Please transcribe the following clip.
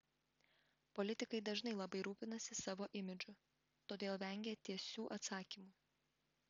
politikai dažnai labai rūpinasi savo imidžu todėl vengia tiesių atsakymų